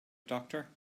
doctor